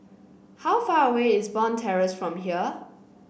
how far away is Bond Terrace from here